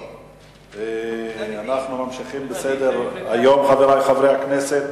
אנחנו ממשיכים בסדר-היום, חברי חברי הכנסת: